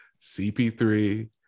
CP3